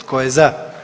Tko je za?